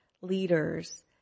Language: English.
leaders